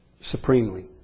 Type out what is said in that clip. supremely